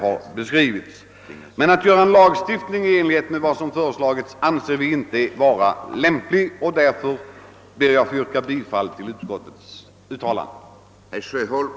Att införa en lagstiftning såsom den föreslagna anser utskottet inte lämpligt. Jag ber därför att få yrka bifall till utskottets hemställan.